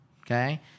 okay